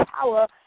power